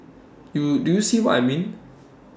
you do you see what I mean